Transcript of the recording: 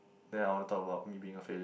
then I want to talk about me being a failure